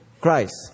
Christ